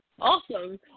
Awesome